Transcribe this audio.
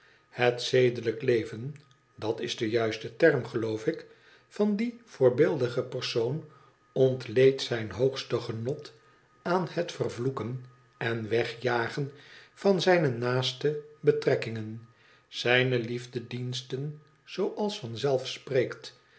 het zedelijk leven dat is de juiste term geloof ik van dien voorbeeldigen persoon ontleent zijn hoogste genot aan het vervloeken en wegjagen van zijne naaste betrekkingen zijne liefdediensten zooals